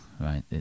right